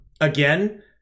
Again